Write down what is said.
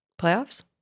playoffs